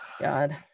God